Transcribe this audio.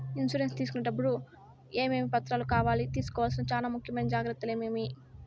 Insurance తీసుకునేటప్పుడు టప్పుడు ఏమేమి పత్రాలు కావాలి? తీసుకోవాల్సిన చానా ముఖ్యమైన జాగ్రత్తలు ఏమేమి?